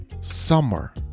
summer